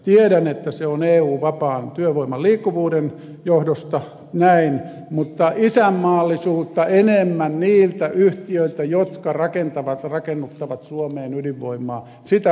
tiedän että se on eun vapaan työvoiman liikkuvuuden johdosta näin mutta isämaallisuutta enemmän niiltä yhtiöiltä jotka rakentavat rakennuttavat suomeen ydinvoimaa odottaisin